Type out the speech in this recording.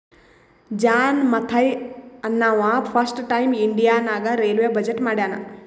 John Mathai ಅಂನವಾ first time India ನಾಗ್ railway budget ಮಾಡ್ಯಾನ್